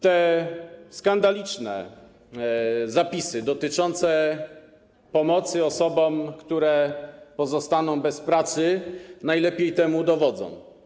Te skandaliczne zapisy dotyczące pomocy osobom, które pozostaną bez pracy, najlepiej tego dowodzą.